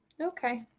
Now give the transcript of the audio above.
Okay